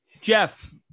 Jeff